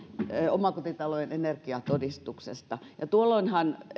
omakotitalojen energiatodistuksesta tuolloinhan